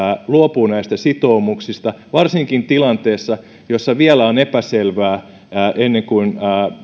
luopuu näistä sitoumuksista varsinkin tilanteessa jossa vielä on epäselvää ennen kuin